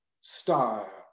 style